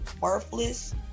worthless